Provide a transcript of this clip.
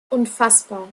unfassbar